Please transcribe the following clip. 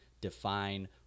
define